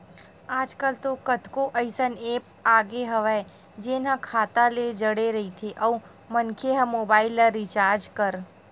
आजकल तो कतको अइसन ऐप आगे हवय जेन ह खाता ले जड़े रहिथे अउ मनखे ह मोबाईल ल रिचार्ज कर लेथे